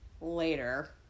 later